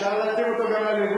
אפשר להתאים אותו גם ללבוש.